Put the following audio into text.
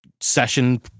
session